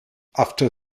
after